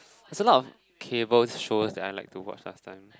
there's a lot of cables shows that I like to watch last time